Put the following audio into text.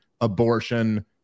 abortion